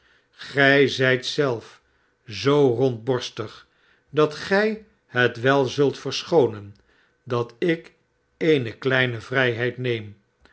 gij zijt zelf zoo rondborstig dat gij het wel zult verschoonen dat ik eene kliene vrijheid neem